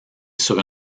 sur